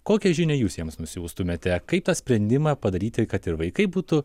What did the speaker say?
kokią žinią jūs jiems nusiųstumėte kaip tą sprendimą padaryti kad ir vaikai būtų